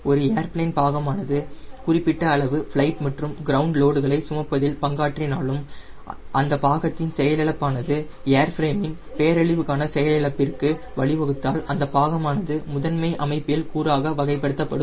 ஒரு ஏர்பிளேன் பாகமானது குறிப்பிடத்தக்க அளவு ஃப்லைட் மற்றும் கிரவுண்ட் லோடுகளை சுமப்பதில் பங்காற்றினாலும் மேலும் அந்த பாகத்தின் செயலிழப்பானது ஏர்ஃபிரேமின் பேரழிவுக்கான செயல் இழப்பிற்கு வழிவகுத்தால் அந்த பாகம் ஆனது முதன்மை அமைப்பியல் கூறாக வகைப்படுத்தப்படும்